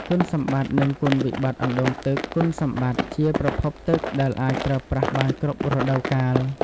គុណសម្បត្តិ និងគុណវិបត្តិអណ្ដូងទឹកគុណសម្បត្តិ ជាប្រភពទឹកដែលអាចប្រើប្រាស់បានគ្រប់រដូវកាល។